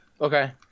Okay